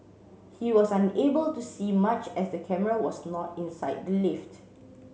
he was unable to see much as the camera was not inside the lift